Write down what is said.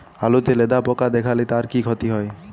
আলুতে লেদা পোকা দেখালে তার কি ক্ষতি হয়?